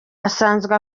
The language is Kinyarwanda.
asanzwe